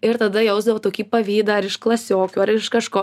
ir tada jausdavau tokį pavydą ar iš klasiokių ar iš kažko